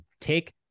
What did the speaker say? take